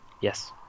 yes